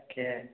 তাকে